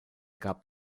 gab